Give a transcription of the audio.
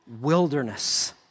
wilderness